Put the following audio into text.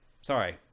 Sorry